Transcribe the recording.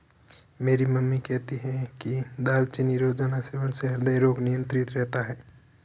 मेरी मम्मी कहती है कि दालचीनी रोजाना सेवन से हृदय रोग नियंत्रित रहता है